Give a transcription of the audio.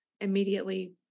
immediately